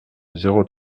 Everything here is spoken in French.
zéro